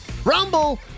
rumble